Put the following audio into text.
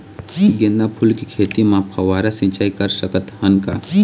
गेंदा फूल के खेती म फव्वारा सिचाई कर सकत हन का?